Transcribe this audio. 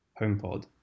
HomePod